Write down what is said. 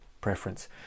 preference